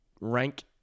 rank